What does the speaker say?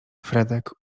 fredek